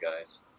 guys